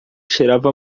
cheirava